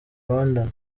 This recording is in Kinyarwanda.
rwandan